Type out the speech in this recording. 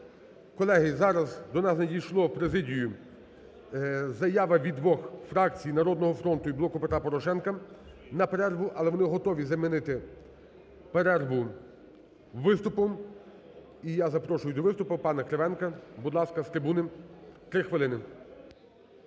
Колеги, зараз до нас надійшла в президію заява від двох фракцій: "Народного фронту" і "Блоку Петра Порошенка" на перерву. Але вони готові замінити перерву виступом. І я запрошую до виступу пана Кривенка. Будь ласка, з трибуни 3 хвилин.